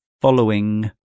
following